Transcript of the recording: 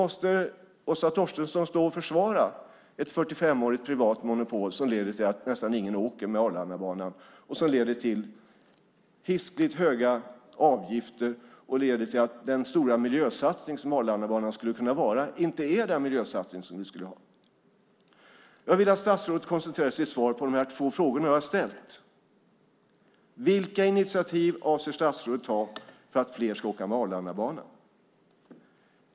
Måste Åsa Torstensson försvara ett 45-årigt privat monopol som leder till att nästan ingen åker med Arlandabanan och som leder till hiskligt höga avgifter och till att Arlandabanan inte är den stora miljösatsning som den skulle kunna vara? Jag vill att statsrådet koncentrerar sitt svar på de två frågor som jag har ställt. Vilka initiativ avser statsrådet att ta för att fler ska åka med Arlandabanan?